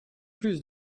plus